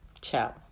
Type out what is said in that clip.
ciao